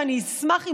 ואני אשמח,